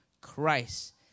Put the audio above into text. Christ